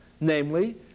namely